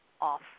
off